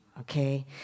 Okay